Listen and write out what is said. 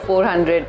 400